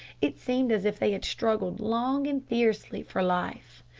it seemed as if they had struggled long and fiercely for life.